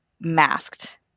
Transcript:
masked